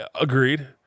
Agreed